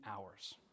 hours